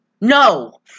No